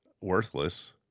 worthless